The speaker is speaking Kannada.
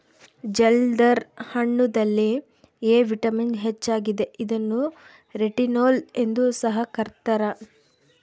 ಜಲ್ದರ್ ಹಣ್ಣುದಲ್ಲಿ ಎ ವಿಟಮಿನ್ ಹೆಚ್ಚಾಗಿದೆ ಇದನ್ನು ರೆಟಿನೋಲ್ ಎಂದು ಸಹ ಕರ್ತ್ಯರ